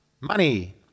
Money